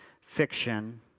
fiction